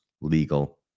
legal